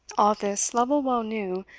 all this, lovel well knew,